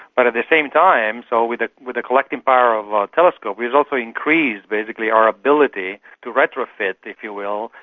but at the same time, so with ah with the collecting power of a telescope we've also increased basically our ability to retrofit, if you will,